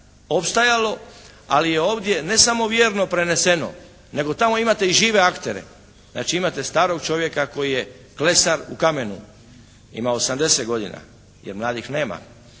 opstajalo. Ali je ovdje ne samo vjerno preneseno, nego tamo imate i žive aktere. Znači, imate starog čovjeka koji je klesar u kamenu. Ima 80 godina jer mladih nema.